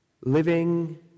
Living